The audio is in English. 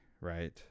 right